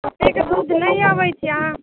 अतेक दूध नहि अबै छै अहाँ